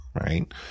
Right